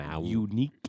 Unique